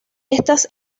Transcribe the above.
estas